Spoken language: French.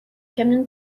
camion